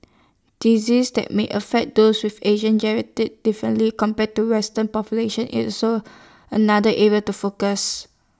diseases that might affect those with Asian gerety differently compared to western population is also another area to focus